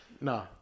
No